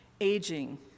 aging